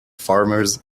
farmers